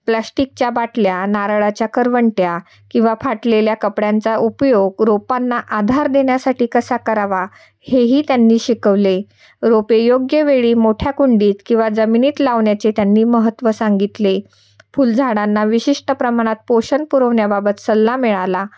प्लास्टिकच्या बाटल्या नारळाच्या करवंट्या किंवा फाटलेल्या कपड्यांचा उपयोग रोपांना आधार देण्यासाठी कसा करावा हेही त्यांनी शिकवले रोपे योग्य वेळी मोठ्या कुंडीत किंवा जमिनीत लावण्याचे त्यांनी महत्त्व सांगितले फुलझाडांना विशिष्ट प्रमाणात पोषण पुरवण्याबाबत सल्ला मिळाला